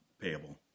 payable